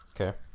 Okay